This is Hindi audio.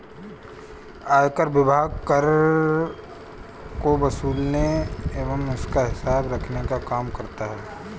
आयकर विभाग कर को वसूलने एवं उसका हिसाब रखने का काम करता है